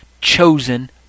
chosen